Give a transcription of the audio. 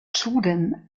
zudem